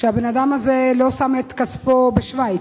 שהבן-אדם הזה לא שם את כספו בשווייץ.